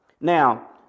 Now